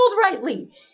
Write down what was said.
rightly